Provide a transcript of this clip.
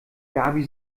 gaby